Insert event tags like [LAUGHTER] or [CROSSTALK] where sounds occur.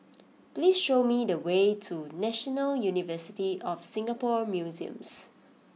[NOISE] please show me the way to National University of Singapore Museums